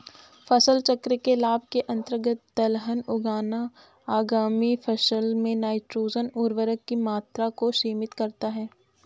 फसल चक्र के लाभ के अंतर्गत दलहन उगाना आगामी फसल में नाइट्रोजन उर्वरक की मात्रा को सीमित करता है